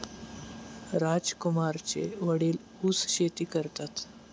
राजकुमारचे वडील ऊस शेती करतात